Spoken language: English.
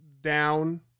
down